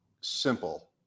simple